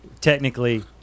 Technically